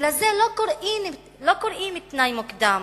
ולזה לא קוראים תנאי מוקדם.